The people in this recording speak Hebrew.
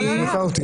לא.